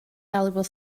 valuable